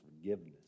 forgiveness